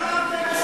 ושחררתם מרצחים.